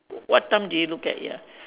what time do you look at ya